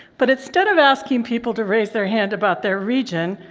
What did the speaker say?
but instead of asking people to raise their hand about their region,